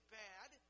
bad